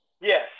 Yes